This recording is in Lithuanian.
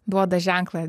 duoda ženklą